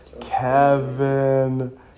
Kevin